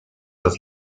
das